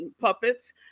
puppets